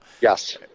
Yes